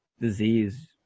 disease